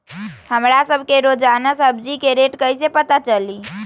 हमरा सब के रोजान सब्जी के रेट कईसे पता चली?